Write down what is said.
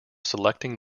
selecting